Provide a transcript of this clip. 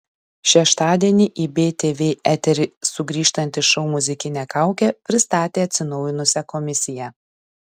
šeštadienį į btv eterį sugrįžtantis šou muzikinė kaukė pristatė atsinaujinusią komisiją